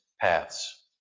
paths